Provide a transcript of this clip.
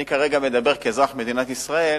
אני כרגע מדבר כאזרח מדינת ישראל,